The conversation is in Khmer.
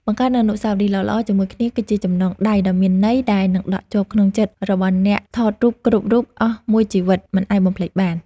បង្កើតនូវអនុស្សាវរីយ៍ល្អៗជាមួយគ្នាគឺជាចំណងដៃដ៏មានន័យដែលនឹងដក់ជាប់ក្នុងចិត្តរបស់អ្នកថតរូបគ្រប់រូបអស់មួយជីវិតមិនអាចបំភ្លេចបាន។